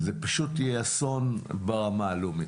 זה פשוט יהיה אסון ברמה הלאומית.